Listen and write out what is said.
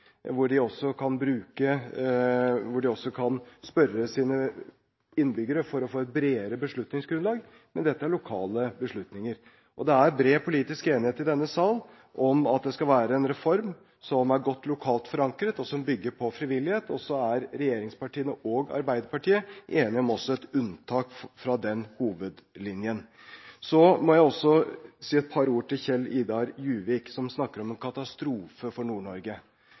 hvor de også kan spørre sine innbyggere for å få et bredere beslutningsgrunnlag. Men dette er lokale beslutninger. Det er bred politisk enighet i denne sal om at det skal være en reform som er godt lokalt forankret, og som bygger på frivillighet. Regjeringspartiene og Arbeiderpartiet er også enige om et unntak fra den hovedlinjen. Jeg må også si et par ord til Kjell-Idar Juvik, som snakket om en katastrofe for